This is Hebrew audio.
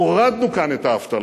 הורדנו כאן את האבטלה.